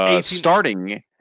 Starting